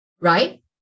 Right